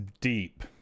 deep